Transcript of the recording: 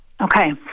Okay